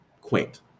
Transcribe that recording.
quaint